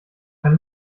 kann